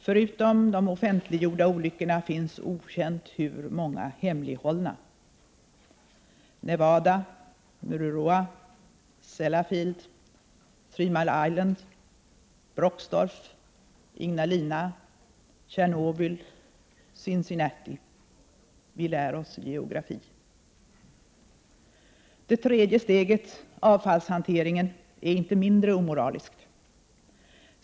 Förutom de offentliggjorda olyckorna finns okänt hur många hemlighållna: Nevada, Mururoa, Sellafield, Three Mile Island, Brocksdorf, Ignalina, Tjernobyl, Cincinnati. Vi lär oss geografi. Det tredje steget, avfallshanteringen, är inte mindre omoraliskt.